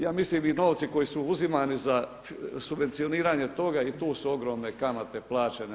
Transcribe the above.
Ja mislim i novci koji su uzimani za subvencioniranje toga i tu su ogromne kamate plaćene.